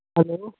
hello